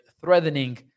threatening